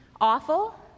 awful